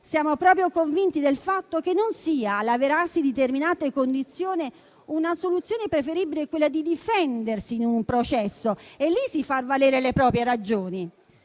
Siamo proprio convinti del fatto che non sia, all'avverarsi di determinate condizioni, una soluzione preferibile quella di difendersi in un processo e di far valere in quella